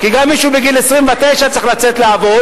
כי גם מי שהוא בגיל 29 צריך לצאת לעבוד,